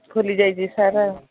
ଖୁଲିଯାଇଛି sir ଆଉ